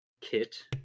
kit